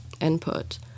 input